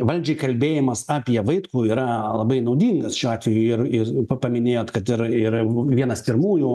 valdžiai kalbėjimas apie vaitkų yra labai naudingas šiuo atveju ir ir pa paminėjot kad ir ir vienas pirmųjų